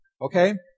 Okay